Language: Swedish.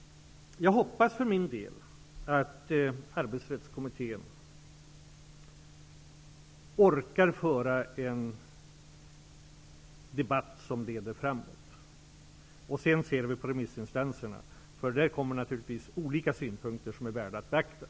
Jag hoppas att Arbetsrättskommittén orkar föra en debatt som leder framåt. Sedan skall vi höra remissinstanserna, eftersom det ifrån dessa naturligtvis kommer fram olika synpunkter som är värda att beakta.